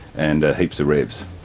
and heaps of revs.